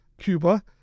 Cuba